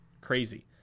Crazy